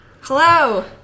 Hello